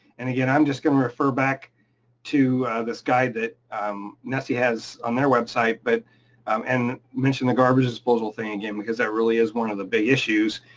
and again, i'm just gonna refer back to this guide that um nesc has on their website but um and mention the garbage disposal thing again because that really is one of the big issues,